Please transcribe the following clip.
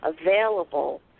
available